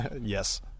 Yes